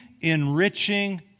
enriching